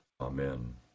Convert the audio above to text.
Amen